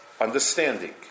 understanding